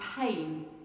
pain